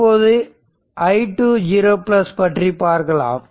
இப்போது i20 பற்றி பார்க்கலாம்